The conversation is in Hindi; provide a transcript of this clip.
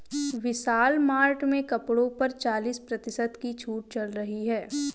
विशाल मार्ट में कपड़ों पर चालीस प्रतिशत की छूट चल रही है